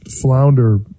flounder